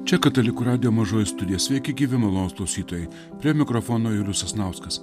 čia katalikų radijo mažoji studija sveiki gyvi malonūs klausytojai prie mikrofono julius sasnauskas